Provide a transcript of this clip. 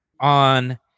on